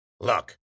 Look